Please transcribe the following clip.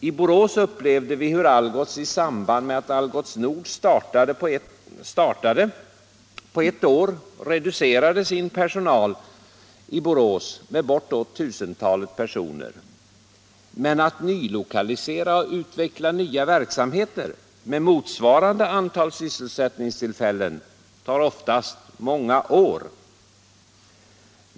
I Borås upplevde vi hur Algots, i samband med att Algots Nord startade, på ett år reducerade sin personal i Borås med bortåt tusentalet personer. Men att nylokalisera och utveckla nya verksamheter med motsvarande antal sysselsättningstillfällen tar oftast många år.